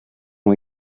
ont